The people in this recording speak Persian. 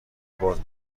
باز